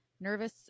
nervous